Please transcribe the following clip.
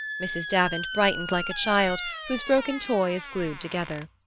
mrs. davant brightened like a child whose broken toy is glued together.